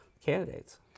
candidates